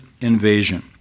invasion